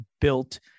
built